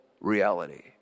reality